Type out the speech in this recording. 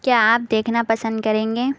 کیا آپ دیکھنا پسند کریں گے